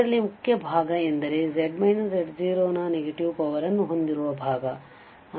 ಇದರಲ್ಲಿ ಮುಖ್ಯ ಭಾಗ ಎಂದರೆ z z0 ನ ನೆಗೆಟಿವ್ ಪವರ್ ನ್ನು ಹೊಂದಿರುವ ಭಾಗ